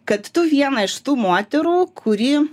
kad tu viena iš tų moterų kuri